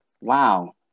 Wow